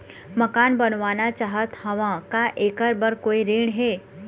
मकान बनवाना चाहत हाव, का ऐकर बर कोई ऋण हे?